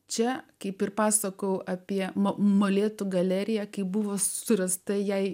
čia kaip ir pasakų apie molėtų galeriją kaip buvo surasta jai